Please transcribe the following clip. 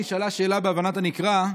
שבו נשאלה שאלה בהבנת הנקרא.